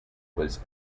was